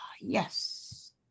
Yes